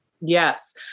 Yes